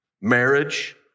marriage